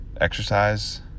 exercise